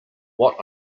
what